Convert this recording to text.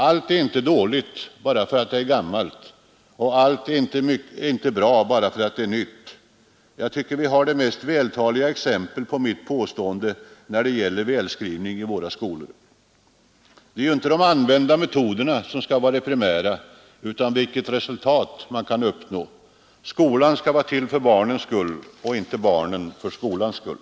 Allt är inte dåligt bara för att det är gammalt, och allt är inte bra bara för att det är nytt. Jag tycker att vi har det mest vältaliga exempel på mitt påstående när det gäller välskrivningen i våra skolor. Det är inte de använda metoderna som skall vara det primära utan det resultat man kan uppnå. Skolan skall vara till för barnens skull och barnen inte för skolans skull.